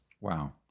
wow